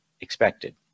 expected